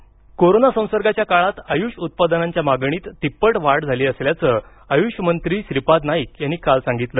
आयुष उत्पादने कोरोना संसर्गाच्या काळात आयुष उत्पादनांच्या मागणीत तिप्पट वाढ झाली असल्याचं आयुष मंत्री श्रीपाद नाईक यांनी काल सांगितलं